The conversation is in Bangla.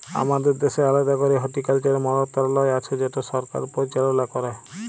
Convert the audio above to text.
আমাদের দ্যাশের আলেদা ক্যরে হর্টিকালচারের মলত্রলালয় আছে যেট সরকার পরিচাললা ক্যরে